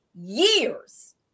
years